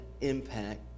impact